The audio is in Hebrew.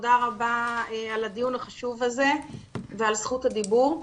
תודה רבה על הדיון החשוב הזה ועל זכות הדיבור.